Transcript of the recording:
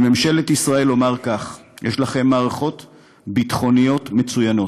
לממשלת ישראל אומר כך: יש לכם מערכות ביטחוניות מצוינות.